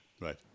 Right